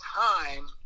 time